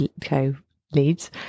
co-leads